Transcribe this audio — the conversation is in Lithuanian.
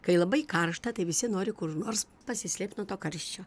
kai labai karšta tai visi nori kur nors pasislėpt nuo to karščio